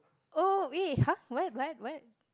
oh eh !huh! what what what